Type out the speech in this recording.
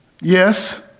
Yes